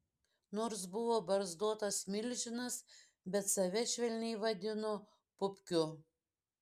nors buvo barzdotas milžinas bet save švelniai vadino pupkiu